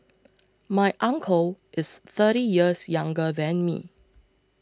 my uncle is thirty years younger than me